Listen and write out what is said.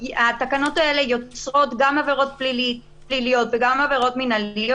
התקנות האלה יוצרות גם עבירות פליליות וגם עבירות מינהליות,